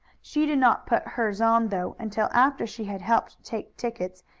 she did not put hers on, though, until after she had helped take tickets,